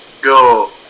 go